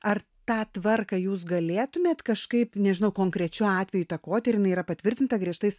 ar tą tvarką jūs galėtumėt kažkaip nežinau konkrečiu atveju įtakoti ir jinai yra patvirtinta griežtais